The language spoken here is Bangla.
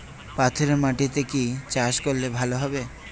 পাথরে মাটিতে কি চাষ করলে ভালো হবে?